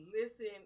listen